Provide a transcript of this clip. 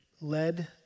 led